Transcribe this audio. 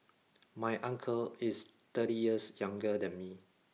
my uncle is thirty years younger than me